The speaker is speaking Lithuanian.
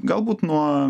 galbūt nuo